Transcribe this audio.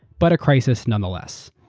but a crisis nonetheless.